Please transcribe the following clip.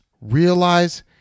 realize